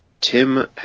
Tim